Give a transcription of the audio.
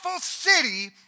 city